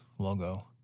logo